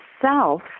self